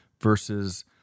versus